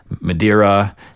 Madeira